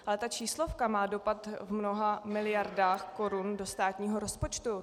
Ale ta číslovka má dopad v mnoha miliardách korun do státního rozpočtu.